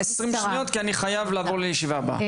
כי אני חייב לעבור לישיבה הבאה.